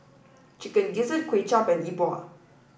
Chicken Gizzard Kuay Chap and Yi Bua